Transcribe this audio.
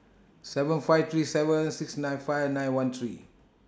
seven five three seven six nine five nine one three